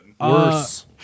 Worse